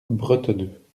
bretonneux